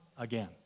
Again